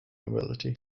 ability